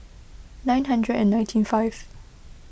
nine hundred and ninety five